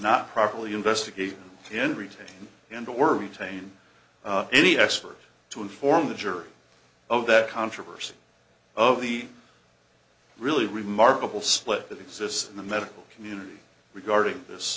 not properly investigate and retain and or retain any expert to inform the jury of that controversy of the really remarkable split that exists in the medical community regarding this